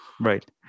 Right